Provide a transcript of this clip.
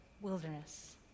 wilderness